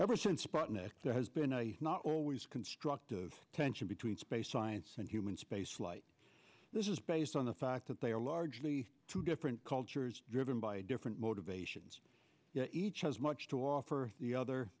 ever since sputnik there has been a not always constructive tension between space science and human space flight this is based on the fact that they are largely two different cultures driven by different motivations each has much to offer the other